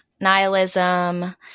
nihilism